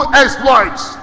exploits